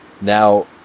Now